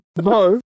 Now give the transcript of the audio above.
No